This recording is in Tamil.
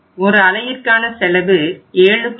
ஒரு அலகிற்கான செலவு 7